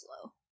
slow